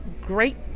great